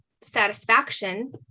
satisfaction